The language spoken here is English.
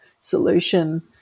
solution